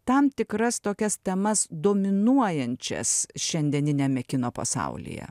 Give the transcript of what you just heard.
tam tikras tokias temas dominuojančias šiandieniniame kino pasaulyje